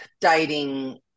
dating